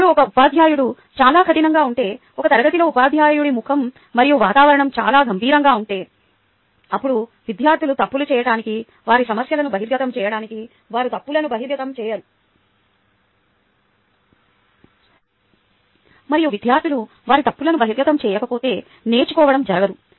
ఇప్పుడు ఒక ఉపాధ్యాయుడు చాలా కఠినంగా ఉంటే ఒక తరగతిలో ఉపాధ్యాయుడి ముఖం మరియు వాతావరణం చాలా గంభీరంగా ఉంటే అప్పుడు విద్యార్థులు తప్పులు చేయటానికి వారి సమస్యలను బహిర్గతం చేయడానికి వారి తప్పులను బహిర్గతం చేయరు మరియు విద్యార్థులు వారి తప్పులను బహిర్గతం చేయకపోతే నేర్చుకోవడం జరగదు